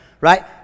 right